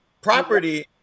property